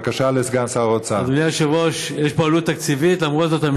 התוצאה היא 23 בעד, אין